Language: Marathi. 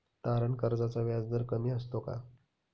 तारण कर्जाचा व्याजदर कमी असतो का?